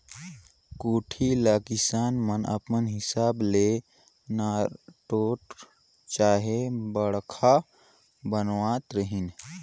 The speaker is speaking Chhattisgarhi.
कोठी ल किसान मन अपन हिसाब ले नानरोट चहे बड़खा बनावत रहिन